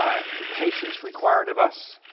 i mean patience required of us.